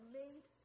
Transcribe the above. made